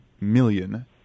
million